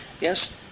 Yes